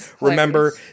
Remember